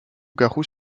garous